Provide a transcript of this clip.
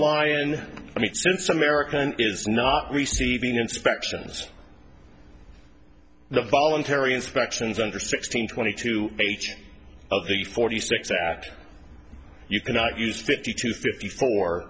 and since american is not receiving inspections the voluntary inspections under sixteen twenty two of the forty six act you cannot use fifty two fifty four